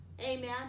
Amen